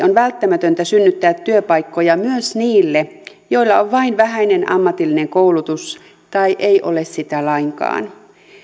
on välttämätöntä synnyttää työpaikkoja myös niille joilla on vain vähäinen ammatillinen koulutus tai ei ole sitä lainkaan